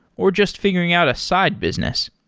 or just figuring out a side business.